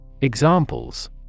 Examples